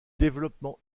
développement